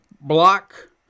block